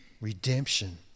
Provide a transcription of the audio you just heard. redemption